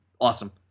awesome